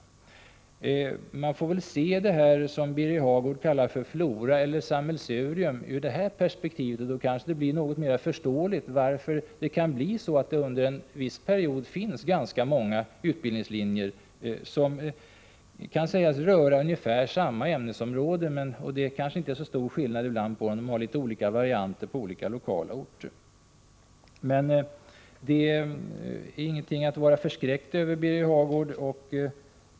Det är väl ur det här perspektivet man får se detta som Birger Hagård kallar för flora eller sammelsurium. Kanske det då blir mera förståeligt att det under en viss period kan finnas ganska många utbildningslinjer som kan sägas röra ungefär samma ämnesområde. Det är kanske inte så stor skillnad mellan dem, det är bara litet olika varianter på olika orter. Men det är ingenting att vara förskräckt över, Birger Hagård.